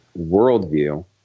worldview